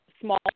small